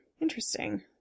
Interesting